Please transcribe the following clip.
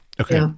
Okay